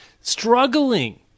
struggling